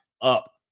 up